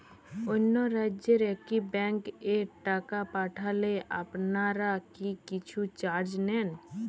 অন্য রাজ্যের একি ব্যাংক এ টাকা পাঠালে আপনারা কী কিছু চার্জ নেন?